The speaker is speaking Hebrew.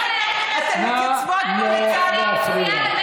נא לא להפריע.